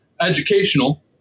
educational